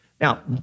Now